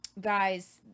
guys